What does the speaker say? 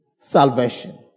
salvation